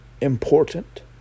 important